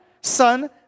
Son